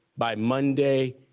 by monday,